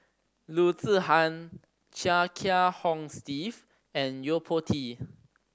Loo Zihan Chia Kiah Hong Steve and Yo Po Tee